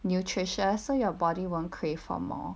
nutritious so your body won't crave for more